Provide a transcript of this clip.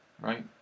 Right